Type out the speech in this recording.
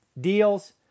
deals